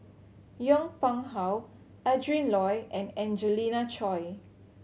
Yong Pung How Adrin Loi and Angelina Choy